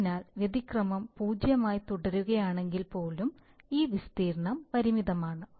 അതിനാൽ വ്യതിക്രമം 0 ആയി തുടരുകയാണെങ്കിൽ പ്പോലും ഈ വിസ്തീർണ്ണം പരിമിതമാണ്